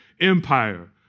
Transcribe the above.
empire